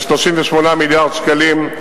הוא 38 מיליארד שקלים.